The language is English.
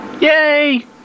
Yay